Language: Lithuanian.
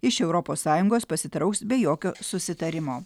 iš europos sąjungos pasitrauks be jokio susitarimo